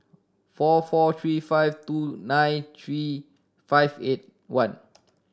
four four three five two nine three five eight one